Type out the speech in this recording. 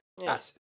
Yes